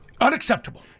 unacceptable